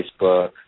Facebook